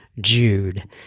Jude